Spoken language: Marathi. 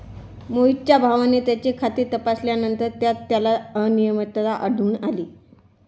मोहितच्या भावाने त्याचे खाते तपासल्यानंतर त्यात त्याला अनियमितता आढळून आली